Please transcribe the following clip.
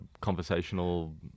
conversational